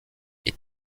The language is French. est